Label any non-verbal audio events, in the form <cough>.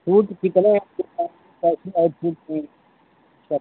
छूट कितना है <unintelligible> सब